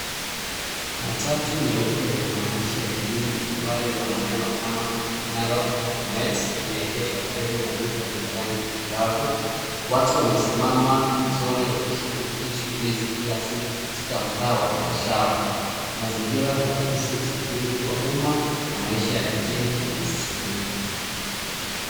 Matatu nyeupe yenye maandishi ya kidini na nambari za maneno kama Narok na Bomet, imeegeshwa karibu na duka lenye rangi angavu. Watu wamesimama pembezoni wakishiriki shughuli za kila siku katika mtaa wa biashara. Mazingira huakisi usafiri wa uma, na maisha ya mijini yenye msisimko.